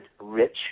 rich